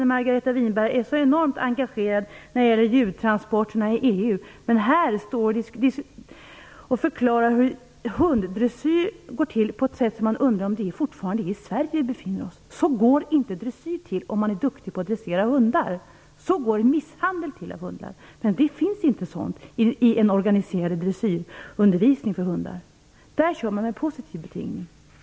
Han säger att en jägare måste kunna lita på hundens ovillkorliga lydnad.